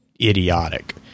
idiotic